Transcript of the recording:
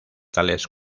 tales